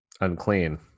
Unclean